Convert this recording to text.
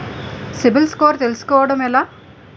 CIBIL score తెల్సుకోటం ఎలా?